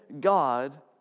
God